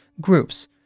groups